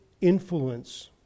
influence